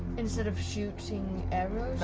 instead of shooting arrows?